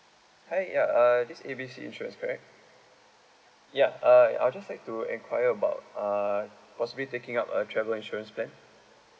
hi uh uh this is A B C insurance correct ya uh I'll just like to enquire about uh possibly taking up a travel insurance plan